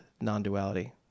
non-duality